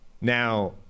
Now